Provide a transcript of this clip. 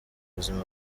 buzima